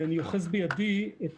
אני אוחז בידי את